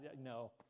No